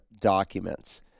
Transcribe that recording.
documents